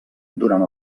durant